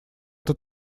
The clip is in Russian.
это